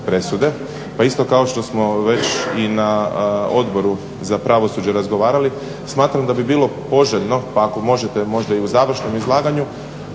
Pa isto kao što smo već i na Odboru za pravosuđe razgovarali smatram da bi bilo poželjno pa ako možete možda i u završnom izlaganju